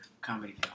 comedy